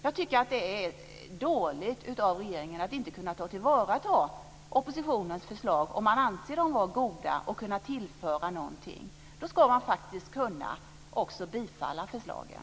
Jag tycker att det är dåligt av regeringen att inte kunna tillvarata oppositionens förslag om man anser att de är goda och kan tillföra någonting. Då ska man också kunna bifalla förslagen.